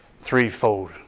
threefold